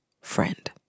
friend